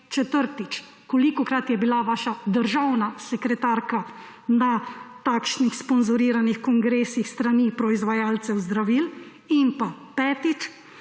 Četrtič, kolikokrat je bila vaša državna sekretarka na takšnih sponzoriranih kongresih s strani proizvajalcev zdravil? In petič,